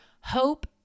Hope